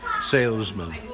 salesman